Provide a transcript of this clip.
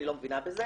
אני לא מבינה בזה